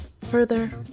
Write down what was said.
further